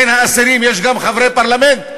בין האסירים יש גם חברי פרלמנט,